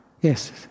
yes